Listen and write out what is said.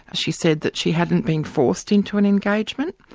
she said that she hadn't been forced into an engagement,